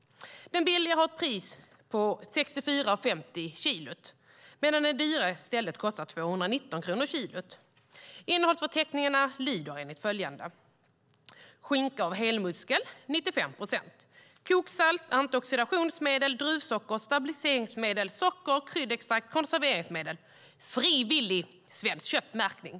Den billiga har ett pris på 64:50 per kilo, medan den dyra i stället kostar 219 kronor per kilo. Innehållsförteckningen på den ena lyder: Skinka av helmuskel 95 procent, koksalt, antioxidationsmedel, druvsocker, stabiliseringsmedel, socker, kryddextrakt, konserveringsmedel, frivillig Svenskt-kött-märkning.